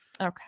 okay